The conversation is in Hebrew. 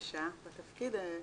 חדשה בתפקיד.